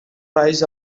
rise